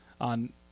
on